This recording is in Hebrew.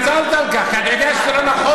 התנצלת על כך, כי אתה יודע שזה לא נכון.